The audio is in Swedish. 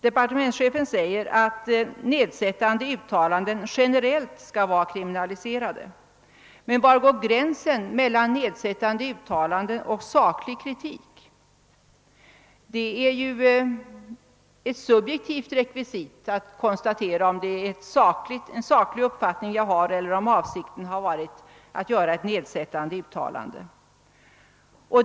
Departementschefen säger att nedsättande uttalanden generellt skall vara kriminaliserade. Men var går gränsen mellan nedsättande uttalanden och saklig kritik? Det är ju en subjektiv bedömning om man gör gällande att det är fråga om en sakligt berättigad ståndpunkt eller ett nedsättande uttalande.